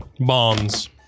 Bombs